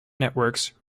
networks